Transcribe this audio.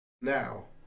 now